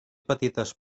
petites